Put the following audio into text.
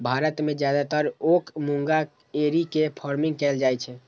भारत मे जादेतर ओक मूंगा एरी के फार्मिंग कैल जाइ छै